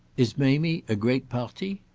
is mamie a great parti?